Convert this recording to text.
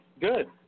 Good